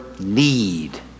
need